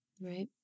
right